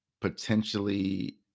potentially